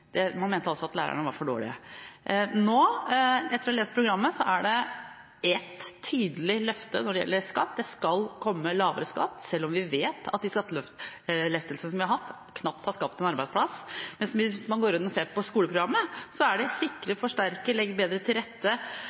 er et tydelig løfte når det gjelder skatt – det skal bli lavere skatt, selv om vi vet at de skattelettelsene vi har hatt, knapt har skapt en arbeidsplass. Men hvis man går inn og ser på skoleprogrammet, er det snakk om å sikre, forsterke, legge bedre til rette